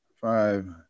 five